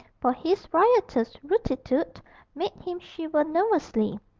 for his riotous rootitoot made him shiver nervously,